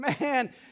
Man